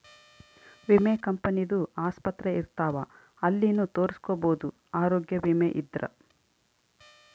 ವಿಮೆ ಕಂಪನಿ ದು ಆಸ್ಪತ್ರೆ ಇರ್ತಾವ ಅಲ್ಲಿನು ತೊರಸ್ಕೊಬೋದು ಆರೋಗ್ಯ ವಿಮೆ ಇದ್ರ